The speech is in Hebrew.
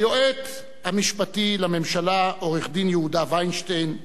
היועץ המשפטי לממשלה, עורך-דין יהודה וינשטיין,